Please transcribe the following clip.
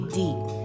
deep